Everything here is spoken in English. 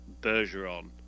Bergeron